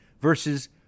versus